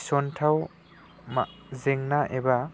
थिसनथाव जेंना एबा